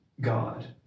God